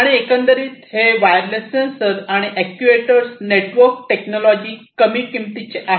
आणि एकंदरीत हे वायरलेस सेन्सर आणि अॅक्ट्युएटर नेटवर्क टेक्नॉलॉजी कमी किंमतीचे आहेत